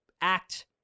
act